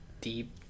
deep